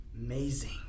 amazing